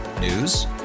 News